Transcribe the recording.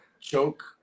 choke